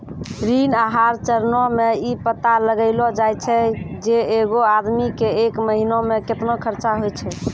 ऋण आहार चरणो मे इ पता लगैलो जाय छै जे एगो आदमी के एक महिना मे केतना खर्चा होय छै